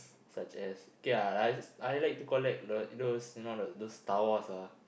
such as okay lah like I like to collect like those you know like those Star-Wars ah